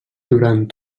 durant